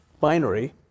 binary